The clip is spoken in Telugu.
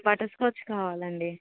బటర్స్కాచ్ కావాలండి